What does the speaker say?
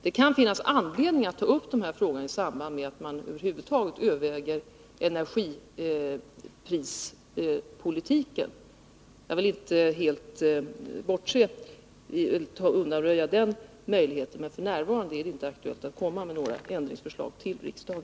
Det kan finnas anledning att ta upp de här frågorna i samband med överväganden rörande energiprispolitiken. Jag vill inte helt undanröja den möjligheten, men f.n. är det inte aktuellt att lägga fram några ändringsförslag till riksdagen.